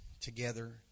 together